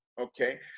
okay